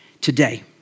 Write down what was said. today